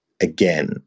again